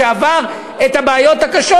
שעבר את הבעיות הקשות,